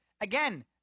Again